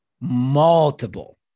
multiple